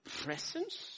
presence